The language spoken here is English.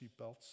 seatbelts